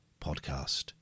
podcast